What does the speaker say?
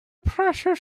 pressure